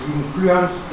influence